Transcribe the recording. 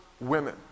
women